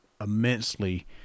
immensely